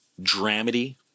dramedy